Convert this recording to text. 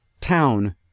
town